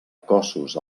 cossos